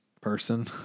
person